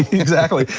exactly.